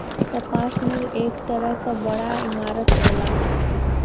कपास मिल एक तरह क बड़ा इमारत होला